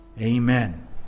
Amen